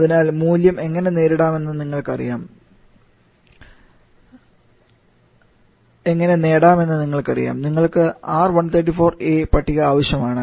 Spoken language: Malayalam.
അതിനാൽ മൂല്യം എങ്ങനെ നേടാമെന്ന് നിങ്ങൾക്കറിയാം നിങ്ങൾക്ക് R134a പട്ടിക ആവശ്യമാണ്